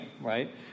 right